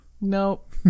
Nope